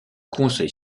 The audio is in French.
conseil